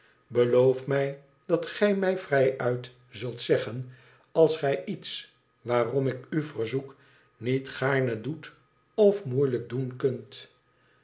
beloof mij dat gij mij vrijuit zult zeggen als gij iets waarom ik u verzoek niet gaarne doet of moeilijk doen ktmt